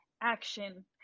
action